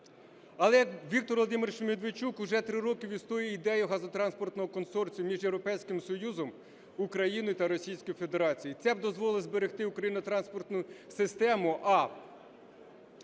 Але Віктор Володимирович Медведчук уже три роки відстоює ідею газотранспортного консорціуму між Європейським Союзом, Україною та Російською Федерацією, і це б дозволило зберегти українську газотранспортну систему,